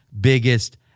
biggest